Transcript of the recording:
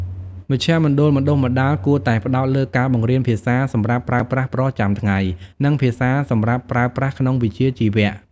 មជ្ឈមណ្ឌលបណ្តុះបណ្តាលគួរតែផ្តោតលើការបង្រៀនភាសាសម្រាប់ប្រើប្រាស់ប្រចាំថ្ងៃ និងភាសាសម្រាប់ប្រើប្រាស់ក្នុងវិជ្ជាជីវៈ។